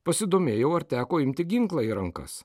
pasidomėjau ar teko imti ginklą į rankas